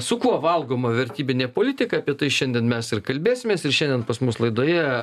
su kuo valgoma vertybinė politika apie tai šiandien mes ir kalbėsimės ir šiandien pas mus laidoje